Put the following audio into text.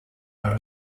are